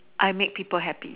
I make people happy